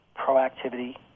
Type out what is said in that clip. proactivity